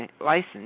license